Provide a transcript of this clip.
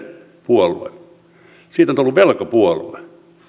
puolue siitä on tullut velkapuolue